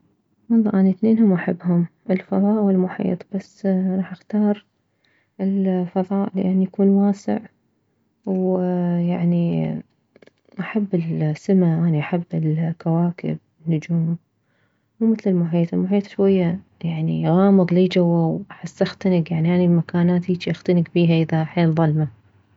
والله اني اثنينهم احبهم الفضاء والمحيط بس راح اختار الفضاء لان يكون واسع ويكون يعني احب السما اني احب الكواكب النجوم مو مثل المحيط المحيط شوية غامض ليجوه واحس اختنك يعني اني المكانات هيجي اختنك بيها اذا حيل ظلمة